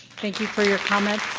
thank you for your comments.